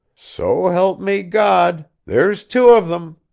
so help me god, there's two of them!